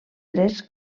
tres